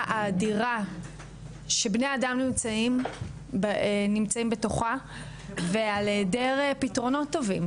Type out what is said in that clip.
האדירה שבני אדם נמצאים בתוכה ועל היעדר פתרונות טובים.